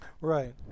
Right